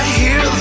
hear